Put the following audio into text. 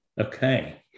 Okay